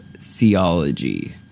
theology